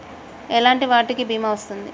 ఎలాంటి వాటికి బీమా వస్తుంది?